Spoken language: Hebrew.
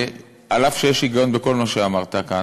אף שיש היגיון בכל מה שאמרת כאן,